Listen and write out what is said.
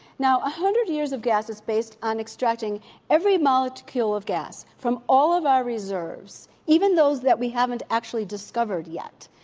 now, a hundred years of gas is based on extracting every molecule of gas from all of our reserves, even those that we haven't actually discovered yet,